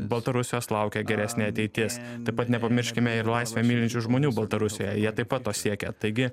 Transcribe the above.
baltarusijos laukia geresnė ateitis taip pat nepamirškime ir laisvę mylinčių žmonių baltarusijoje jie taip pat to siekia taigi